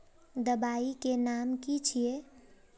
दबाई के नाम की छिए?